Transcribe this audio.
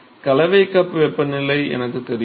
கலவை கப் வெப்பநிலை எனக்குத் தெரியும்